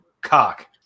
cock